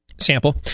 sample